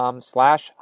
slash